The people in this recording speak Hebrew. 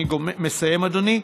אני מסיים, אדוני.